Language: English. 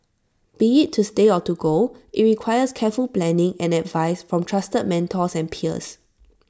be IT to stay or to go IT requires careful planning and advice from trusted mentors and peers